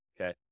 Okay